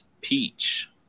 peach